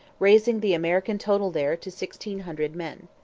raising the american total there to sixteen hundred men.